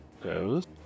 goes